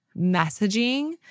messaging